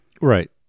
Right